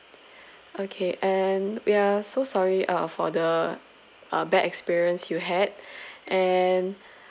okay and we're so sorry uh for the uh bad experience you had and